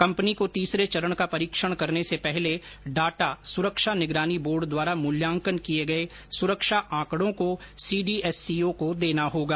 company को तीसरे चरण का परीक्षण करने से पहले डाटा सुरक्षा निगरानी बोर्ड द्वारा मूल्यांकन किये गये सुरक्षा आंकडों को सीडीएससीओ को देना होगा